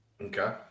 Okay